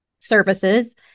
services